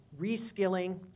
reskilling